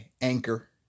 Anchor